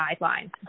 guidelines